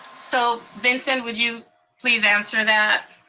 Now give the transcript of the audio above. so vincent, would you please answer that?